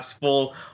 full